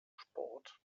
sport